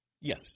Yes